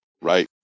Right